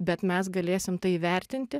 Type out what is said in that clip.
bet mes galėsim tai įvertinti